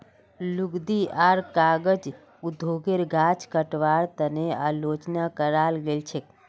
लुगदी आर कागज उद्योगेर गाछ कटवार तने आलोचना कराल गेल छेक